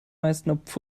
meistens